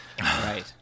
Right